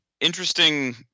interesting